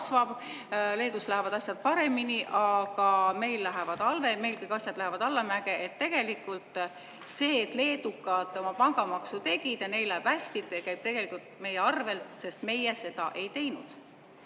kasvab, Leedus lähevad asjad paremini, aga meil kõik asjad lähevad allamäge. Tegelikult see, et leedukad oma pangamaksu tegid ja neil läheb hästi, käib tegelikult meie arvelt, sest meie seda ei teinud.